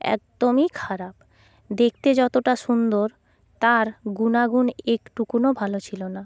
একদমই খারাপ দেখতে যতটা সুন্দর তার গুণাগুণ একটুকুনও ভালো ছিল না